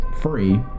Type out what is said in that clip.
free